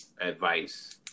advice